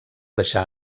deixar